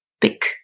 pick